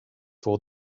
for